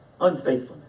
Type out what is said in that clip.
unfaithfulness